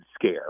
Scare